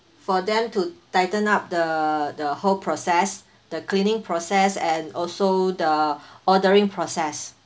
for them to tighten up the the whole process the cleaning process and also the ordering process